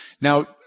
Now